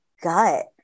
gut